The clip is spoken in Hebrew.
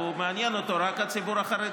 ומעניין אותו רק הציבור החרדי.